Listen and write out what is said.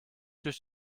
durch